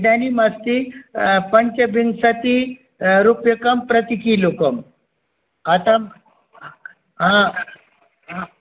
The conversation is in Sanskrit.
इदानीम् अस्ति पञ्चविंशति रूप्यकं प्रति कीलोकम् अतः